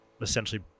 essentially